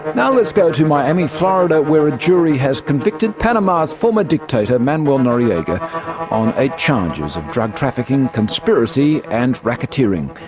now let's go to miami, florida, where a jury has convicted panama's former dictator, manuel noriega on eight charges of drug trafficking, conspiracy and racketeering.